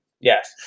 Yes